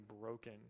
broken